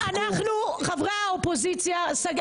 שגית,